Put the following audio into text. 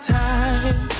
time